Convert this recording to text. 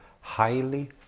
highly